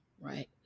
right